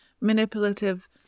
manipulative